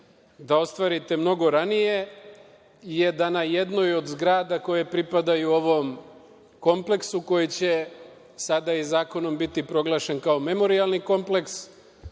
da ostvarite mnogo ranije je da u jednoj od zgrada koje pripadaju ovom kompleksu, koji će sada i zakonom biti proglašen kao memorijalni kompleks,